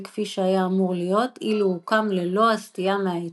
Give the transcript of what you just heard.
כפי שהיה אמור להיות אילו הוקם ללא הסטייה מההיתר.